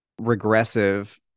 regressive